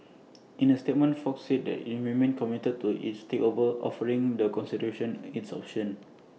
in A statement fox said that IT remained committed to its takeover offering the consideration its options